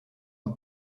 een